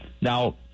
Now